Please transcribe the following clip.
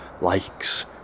likes